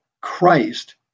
Christ